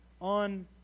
on